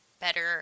better